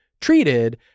treated